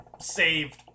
saved